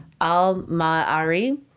Al-Ma'ari